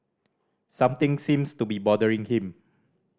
something seems to be bothering him